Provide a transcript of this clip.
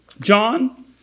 John